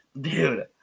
Dude